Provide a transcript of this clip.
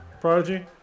Prodigy